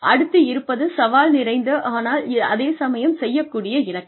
அடுத்து இருப்பது சவால் நிறைந்த ஆனால் அதே சமயம் செய்யக்கூடிய இலக்குகள்